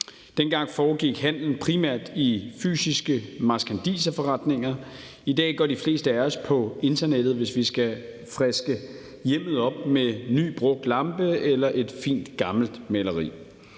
Dengang foregik handelen primært i fysiske marskandiserforretninger, og i dag går de fleste af os på internettet, hvis vi skal friske hjemmet op med en ny brugt lampe eller et fint gammel maleri.